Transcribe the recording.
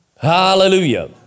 Hallelujah